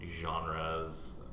genres